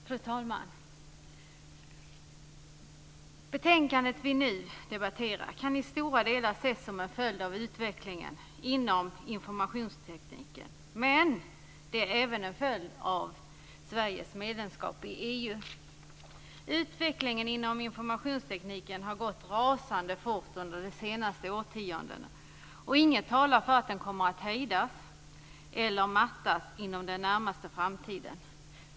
Fru talman! Det betänkande som vi nu debatterar kan i stora delar ses som en följd av utvecklingen inom informationstekniken. Men det är även en följd av Sveriges medlemskap i EU. Utvecklingen inom informationstekniken har gått rasande fort under det senaste årtiondena, och inget talar för att den kommer att hejdas eller mattas inom den närmaste framtiden.